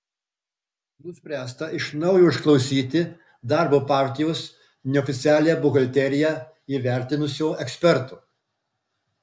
nuspręsta iš naujo išklausyti darbo partijos neoficialią buhalteriją įvertinusio eksperto